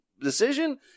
decision